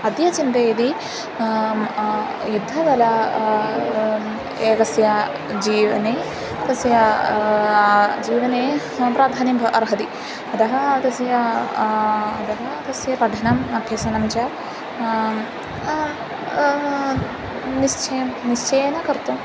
अद्य चिन्तयति युद्धकला एकस्य जीवने तस्य जीवने प्राधान्यं ब अर्हति अतः तस्य अतः तस्य पठनम् अभ्यसनं च निश्चयेन निश्चयेन कर्तुम्